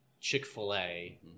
Chick-fil-A